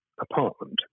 apartment